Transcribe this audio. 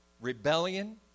rebellion